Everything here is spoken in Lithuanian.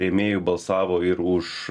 rėmėjų balsavo ir už